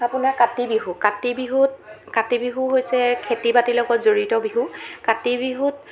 আপোনাৰ কাতি বিহু কাতি বিহুত কাতি বিহু হৈছে খেতি বাতিৰ লগত জড়িত বিহু কাতি বিহুত